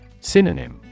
Synonym